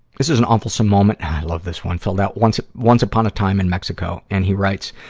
this is a awfulsome moment i love this one filled out once once upon a time in mexico. and he writes,